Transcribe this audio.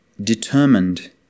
determined